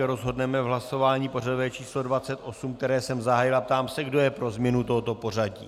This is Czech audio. Rozhodneme v hlasování pořadové číslo 28, které jsem zahájil, a ptám se, kdo je pro změnu tohoto pořadí.